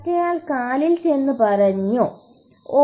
മറ്റേയാൾ കാലിൽ ചെന്ന് പറഞ്ഞു ഓ